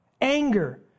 anger